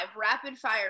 rapid-fire